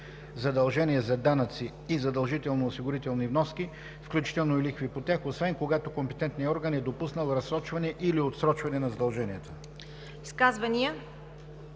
задължения за данъци и задължителни осигурителни вноски, включително и лихви по тях, освен когато компетентният орган е допуснал разсрочване или отсрочване на задълженията.“